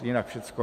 Jinak všecko.